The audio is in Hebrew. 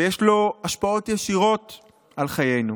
ויש לו השפעות ישירות על חיינו.